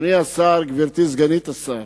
אדוני השר, גברתי סגנית השר,